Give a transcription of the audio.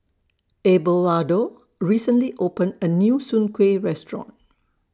Abelardo recently opened A New Soon Kueh Restaurant